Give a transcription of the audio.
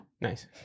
Nice